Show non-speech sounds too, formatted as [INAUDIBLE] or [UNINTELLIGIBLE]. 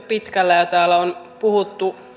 [UNINTELLIGIBLE] pitkällä ja täällä on puhuttu